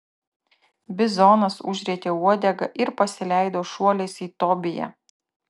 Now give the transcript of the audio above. bizonas užrietė uodegą ir pasileido šuoliais į tobiją